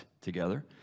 together